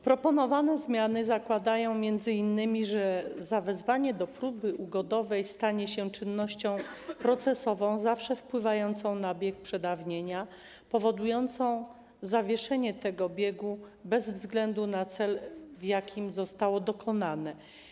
Proponowane zmiany zakładają m.in., że zawezwanie do próby ugodowej stanie się czynnością procesową zawsze wpływającą na bieg przedawnienia, powodującą zawieszenie tego biegu bez względu na cel, w jakim zostało dokonane.